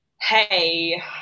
hey